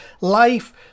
Life